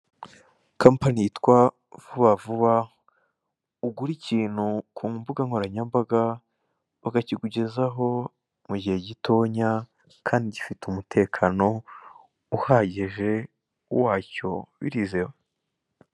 Kampanyi yitwa vubavuba, ugura ikintu ku mbuga nkoranyambaga bakakikugezaho mugihe gitonya kandi gifite umutekano uhagije wacyo , birizewe.